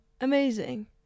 Amazing